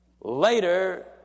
Later